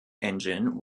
engine